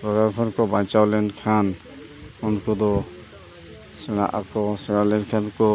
ᱨᱳᱜᱽ ᱠᱷᱚᱱ ᱠᱚ ᱵᱟᱧᱪᱟᱣ ᱞᱮᱱᱠᱷᱟᱱ ᱩᱱᱠᱩ ᱫᱚ ᱥᱮᱬᱟᱜ ᱟᱠᱚ ᱥᱮᱬᱟ ᱞᱮᱱᱠᱷᱟᱱ ᱠᱚ